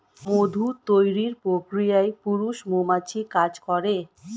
মধু তৈরির প্রক্রিয়ায় পুরুষ মৌমাছি কাজ করে